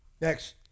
Next